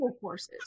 courses